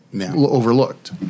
overlooked